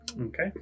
Okay